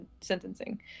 sentencing